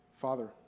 Father